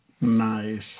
Nice